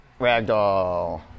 ragdoll